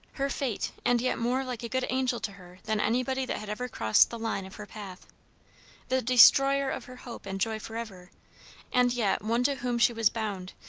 her fate and yet more like a good angel to her than anybody that had ever crossed the line of her path the destroyer of her hope and joy for ever and yet one to whom she was bound,